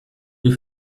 wir